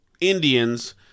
Indians